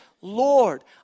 Lord